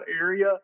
area